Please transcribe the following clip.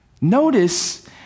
Notice